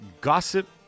Gossip